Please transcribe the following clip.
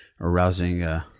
arousing